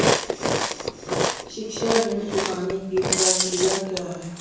शिक्षा ऋण चुकाने की प्रक्रिया क्या है?